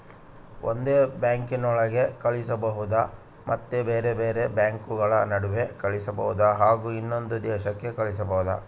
ಒಂದೇ ಬ್ಯಾಂಕಿನೊಳಗೆ ಕಳಿಸಬಹುದಾ ಮತ್ತು ಬೇರೆ ಬೇರೆ ಬ್ಯಾಂಕುಗಳ ನಡುವೆ ಕಳಿಸಬಹುದಾ ಹಾಗೂ ಇನ್ನೊಂದು ದೇಶಕ್ಕೆ ಕಳಿಸಬಹುದಾ?